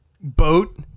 boat